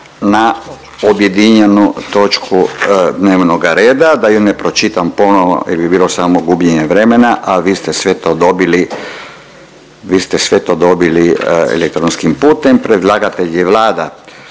na objedinjenu točku dnevnoga reda, da ju ne pročitam ponovno jer bi bilo samo gubljenje vremena, a vi ste sve to dobili, vi ste sve to dobili elektronskim putem. Predlagatelj je Vlada